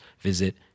visit